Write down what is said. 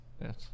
Yes